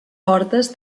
portes